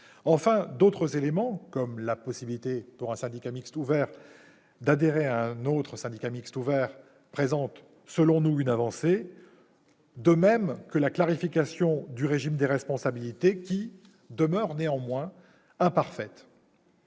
Enfin, d'autres mesures, comme la possibilité pour un syndicat mixte ouvert d'adhérer à un autre syndicat mixte ouvert, représentent, selon nous, des avancées. C'est le cas aussi de la clarification du régime des responsabilités, qui demeure néanmoins imparfaite.